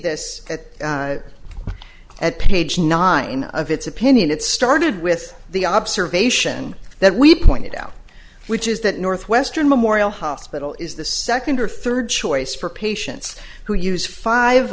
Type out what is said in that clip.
page nine of it's opinion it started with the observation that we pointed out which is that northwestern memorial hospital is the second or third choice for patients who use five